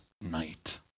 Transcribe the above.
night